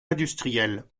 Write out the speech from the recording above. industrielle